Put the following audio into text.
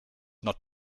not